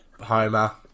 Homer